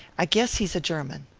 i guess he's a german.